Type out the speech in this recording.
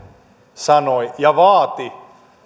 sanoi ja vaati